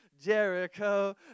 Jericho